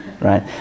Right